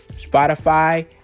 Spotify